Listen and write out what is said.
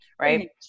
Right